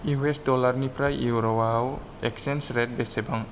U S डलारनिफ्राय इउर'आव exchange rate बेसेबां